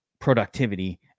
productivity